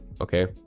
Okay